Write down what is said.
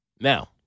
Now